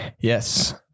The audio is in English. Yes